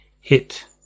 hit